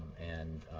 and